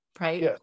Right